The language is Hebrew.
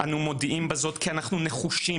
אנו מודיעים בזאת כי אנחנו נחושים,